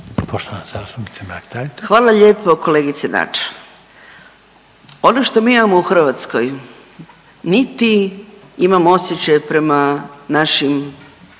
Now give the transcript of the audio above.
Hvala lijepo kolegice Nađ. Ono što mi imamo u Hrvatskoj niti imamo osjećaj prema našim